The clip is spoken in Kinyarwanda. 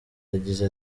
yagize